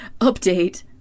Update